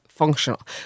functional